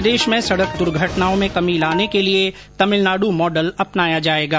प्रदेश में सड़क दुर्घटनाओं में कमी लाने के लिए तमिलनाडु मॉडल अपनाया जाएगा